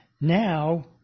now